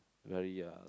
very uh